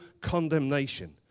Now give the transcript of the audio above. condemnation